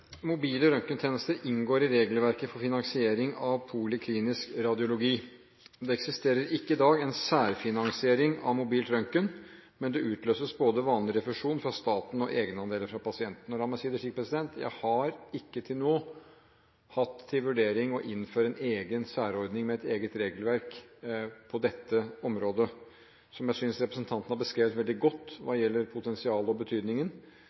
særfinansiering av mobil røntgen, men det utløses både vanlig refusjon fra staten og egenandeler fra pasienten. La meg si det slik: Jeg har til nå ikke hatt til vurdering å innføre en egen særordning med et eget regelverk på dette området, som jeg synes interpellanten beskrev godt hva gjelder potensialet og betydningen.